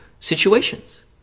situations